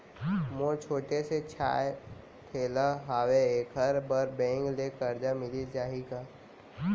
मोर छोटे से चाय ठेला हावे एखर बर बैंक ले करजा मिलिस जाही का?